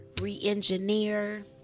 re-engineer